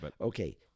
Okay